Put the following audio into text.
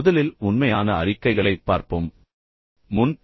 முதலில் உண்மையான அறிக்கைகளைப் பார்ப்போம் பின்னர் தவறான அறிக்கைகளைப் பார்ப்போம்